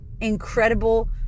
incredible